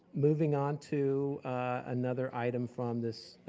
moving on to another item from this